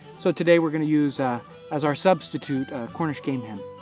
so today we're going to use ah as our substitute a cornish game hen.